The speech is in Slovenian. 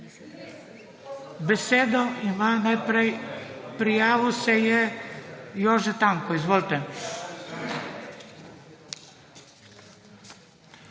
Besedo ima najprej, prijavil se je Jože Tanko. Izvolite.